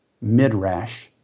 Midrash